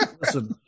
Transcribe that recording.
Listen